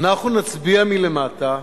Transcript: אנחנו נצביע מלמטה,